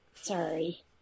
Sorry